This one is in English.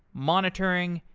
monitoring,